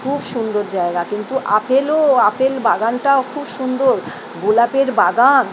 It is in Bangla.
খুব সুন্দর জায়গা কিন্তু আপেলও আপেল বাগানটাও খুব সুন্দর গোলাপের বাগান